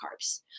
carbs